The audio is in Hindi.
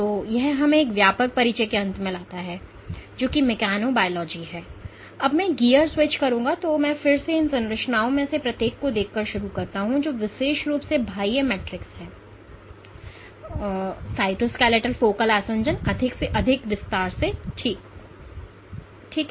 तो यह हमें एक व्यापक परिचय के अंत में लाता है जो कि मेकोनोबायोलॉजि है अब मैं गियर स्विच करूँगा और मैं फिर से इन संरचनाओं में से प्रत्येक को देखकर शुरू करता हूं जो विशेष रूप से बाह्य मैट्रिक्स है साइटोस्केलेटन फोकल आसंजन अधिक से अधिक विस्तार से ठीक है